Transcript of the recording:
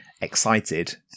excited